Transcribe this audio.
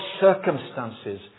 circumstances